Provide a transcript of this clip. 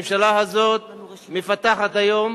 הממשלה הזאת מפתחת היום